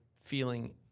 feeling